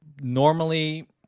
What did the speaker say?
normally